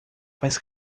faz